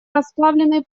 расплавленной